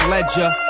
Ledger